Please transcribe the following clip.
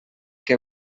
que